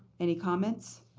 any comments?